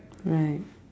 right